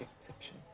exception